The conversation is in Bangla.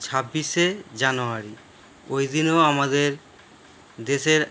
ছাব্বিশে জানুয়ারি ওই দিনও আমাদের দেশের